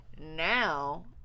now